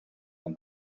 and